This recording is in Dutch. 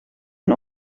een